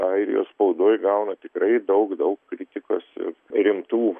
airijos spaudoj gauna tikrai daug daug kritikos ir rimtų